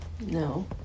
no